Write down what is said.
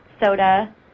soda